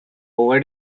over